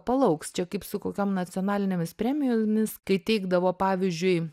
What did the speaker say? palauks čia kaip su kokiom nacionalinėmis premijomis kai teikdavo pavyzdžiui